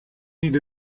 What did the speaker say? need